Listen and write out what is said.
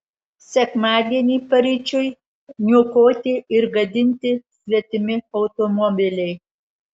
sekmadienį paryčiui niokoti ir gadinti svetimi automobiliai